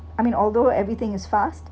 I mean although everything is fast